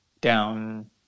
down